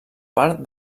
part